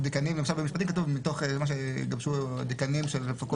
במשפטים כתוב מתוך מה שיגבשו דיקאנים של פקולטות למשפטים.